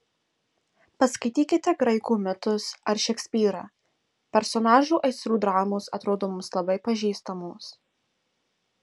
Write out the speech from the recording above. paskaitykite graikų mitus ar šekspyrą personažų aistrų dramos atrodo mums labai pažįstamos